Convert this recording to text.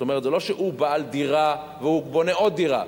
זאת אומרת הוא לא בעל דירה שבונה עוד דירה,